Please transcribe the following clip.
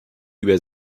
über